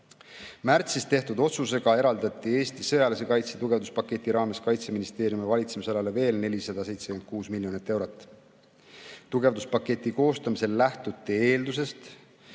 Märtsis tehtud otsusega eraldati Eesti sõjalise kaitse tugevduspaketi raames Kaitseministeeriumi valitsemisalale veel 476 miljonit eurot. Tugevduspaketi koostamisel lähtuti eeldusest,